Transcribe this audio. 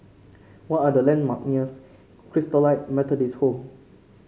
what are the landmark nears Christalite Methodist Home